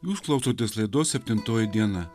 jūs klausotės laidos septintoji diena